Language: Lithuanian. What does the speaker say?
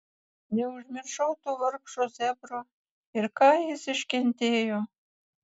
neužmiršau to vargšo zebro ir ką jis iškentėjo